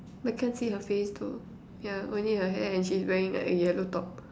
but I can't see her face though ya only her hair and she's wearing like a yellow top